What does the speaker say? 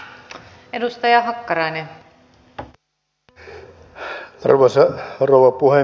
arvoisa rouva puhemies